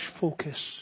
focus